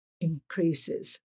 increases